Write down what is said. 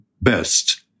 best